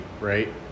right